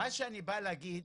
מה שאני בא להגיד,